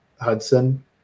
Hudson